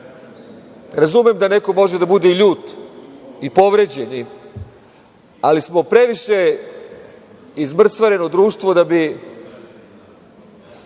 ljudima. Razumem da neko može da bude i ljut i povređen, ali smo previše izmrcvareno društvo da bi